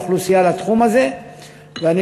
באוכלוסיות המיעוטים, באוכלוסיות החרדים, ששם,